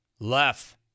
Left